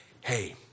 Hey